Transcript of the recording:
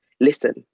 listen